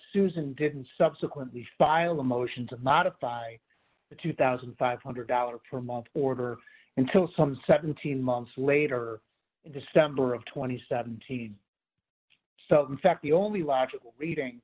susan didn't subsequently file a motion to modify the two thousand five hundred dollars per month order until some seventeen months later in december of two thousand and seventeen in fact the only logical reading